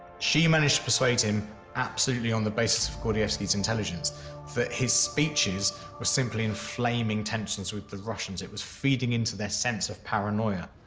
she managed to persuade him absolutely on the basis of gordievsky's intelligence that his speeches were simply inflaming tensions with the russians, it was feeding into their sense of paranoia.